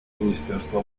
министерства